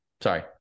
sorry